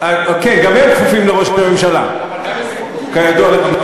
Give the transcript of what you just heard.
אוקיי, גם הם כפופים לראש הממשלה, כידוע לך.